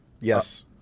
yes